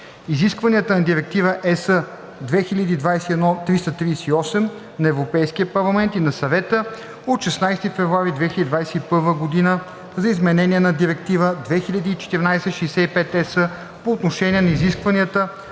изискванията на Директива (ЕС) 2021/338 на Европейския парламент и на Съвета от 16 февруари 2021 г. за изменение на Директива 2014/65/ЕС по отношение на изискванията